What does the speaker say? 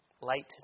light